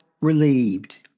relieved